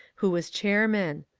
who was chairman.